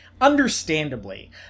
Understandably